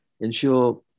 ensure